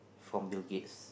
from Bill-Gates